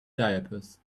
diapers